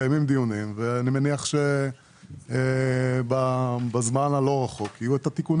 מתקיימים דיונים ואני מניח שבזמן הלא רחוק יהיו תיקונים.